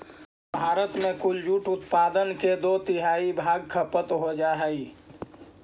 भारत में कुल जूट उत्पादन के दो तिहाई भाग खपत हो जा हइ